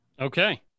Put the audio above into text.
Okay